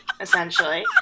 essentially